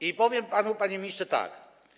I powiem panu, panie ministrze, tak.